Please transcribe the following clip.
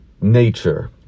nature